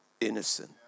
innocent